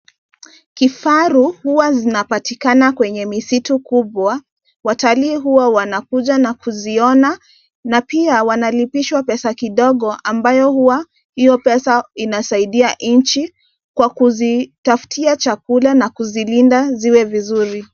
Kifaru huwa zinapatikana kwenye misitu kubwa. Watalii huwa wanakuja na kuziona na pia wanalipishwa pesa kidogo ambayo huwa hiyo pesa inasaidia nchi kwa kuzitafutia chakula na kuzilinda ziwe vizuri.